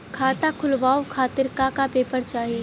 खाता खोलवाव खातिर का का पेपर चाही?